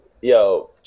yo